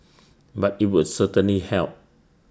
but IT would certainly help